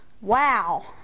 Wow